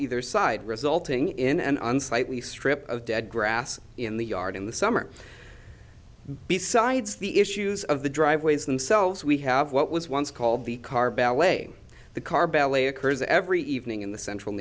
either side resulting in an unsightly strip of dead grass in the yard in the summer besides the issues of the driveways themselves we have what was once called the car ballet the car ballet occurs every evening in the central